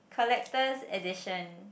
collector's edition